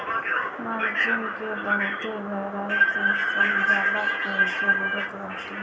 margin के बहुते गहराई से समझला के जरुरत बाटे